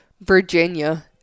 Virginia